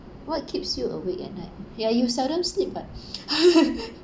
what keeps you awake at night ya you seldom sleep [what]